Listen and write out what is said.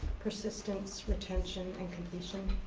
persistence, retention and completion